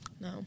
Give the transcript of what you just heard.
No